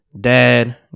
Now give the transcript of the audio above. dad